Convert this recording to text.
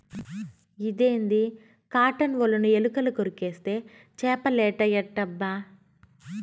ఇదేంది కాటన్ ఒలను ఎలుకలు కొరికేస్తే చేపలేట ఎట్టబ్బా